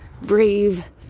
brave